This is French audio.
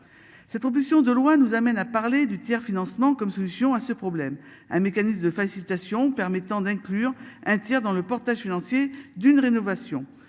Ces propositions de loi nous amène à parler du tiers-financement comme solution à ce problème. Un mécanisme de facilitation permettant d'inclure un tiers dans le portage financier d'une rénovation.